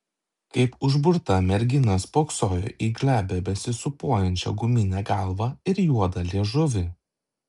kaip užburta mergina spoksojo į glebią besisūpuojančią guminę galvą ir juodą liežuvį